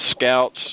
Scouts